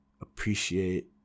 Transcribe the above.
appreciate